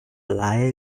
lie